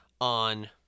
on